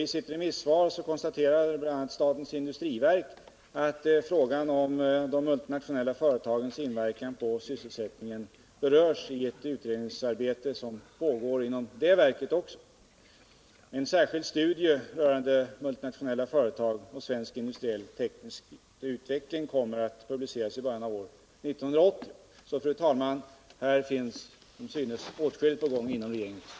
I ett remissvar konstaterar exempelvis statens industriverk att frågan om de multinationella företagens inverkan på sysselsättningen berörs i ett utredningsarbete som pågår inom industriverket. En särskild studie rörande multinationella företag och svensk teknisk utveckling kommer att publiceras i början av år 1980. Här finns som synes, fru talman, åtskilligt på gång inom regeringens kansli.